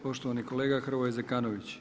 Poštovani kolega Hrvoje Zekanović.